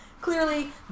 clearly